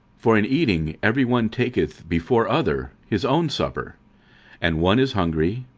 for in eating every one taketh before other his own supper and one is hungry,